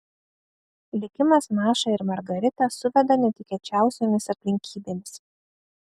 likimas mašą ir margaritą suveda netikėčiausiomis aplinkybėmis